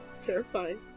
terrifying